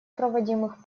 проводимых